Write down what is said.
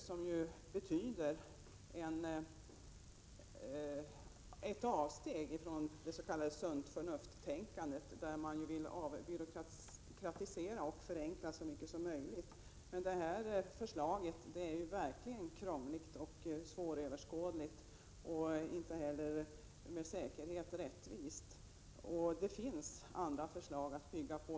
Detta betyder ju ett avsteg från det s.k. sunt-förnuft-tänkande som innebär att man vill avbyråkratisera och förenkla så mycket som möjligt. Förslaget är verkligen krångligt och svåröverskådligt, och man kan dessutom inte med säkerhet säga att det är rättvist. Det finns andra förslag att bygga på.